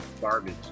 Garbage